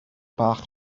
bach